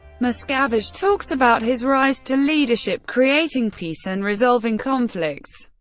miscavige talks about his rise to leadership, creating peace and resolving conflicts,